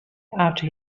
after